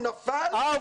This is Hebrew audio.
הוא נפל --- אה,